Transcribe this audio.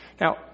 Now